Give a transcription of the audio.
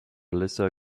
alissa